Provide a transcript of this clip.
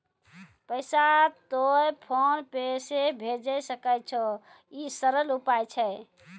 पैसा तोय PhonePe से भैजै सकै छौ? ई सरल उपाय छै?